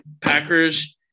Packers